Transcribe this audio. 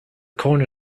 corner